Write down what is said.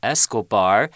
Escobar